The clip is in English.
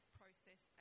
process